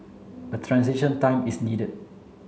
a transition time is needed